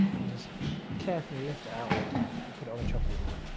and just carefully lift out and put it on a chopping board.